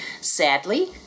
Sadly